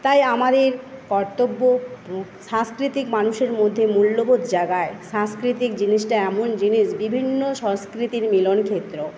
তাই আমাদের কর্ত্বব্য সাংস্কৃতিক মানুষের মধ্যে মূল্যবোধ জাগায় সাংস্কৃতিক জিনিসটা এমন জিনিস বিভিন্ন সংস্কৃতির মিলনক্ষেত্র